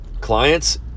clients